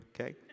okay